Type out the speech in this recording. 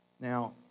Now